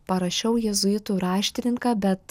parašiau jėzuitų raštininką bet